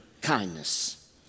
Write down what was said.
kindness